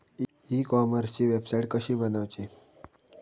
E कॉमर्सची website कशी बनवची?